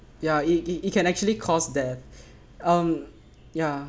ya it it it can actually cause death um ya